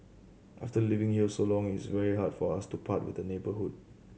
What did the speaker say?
after living here so long it's very hard for us to part with the neighbourhood